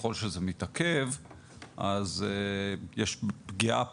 ככל שזה מתעכב אז יש פגיעה פעמיים.